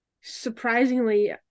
surprisingly –